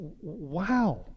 Wow